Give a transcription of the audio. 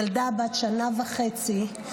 ילדה בת שנה וחצי,